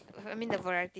uh I mean the variety